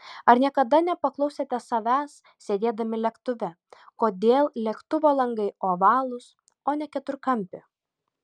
ar niekada nepaklausėte savęs sėdėdami lėktuve kodėl lėktuvo langai ovalūs o ne keturkampi